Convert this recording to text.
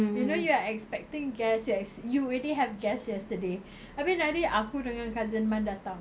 you know you are expecting guests you ex~ you already have guests yesterday abeh ini hari aku dengan cousin man datang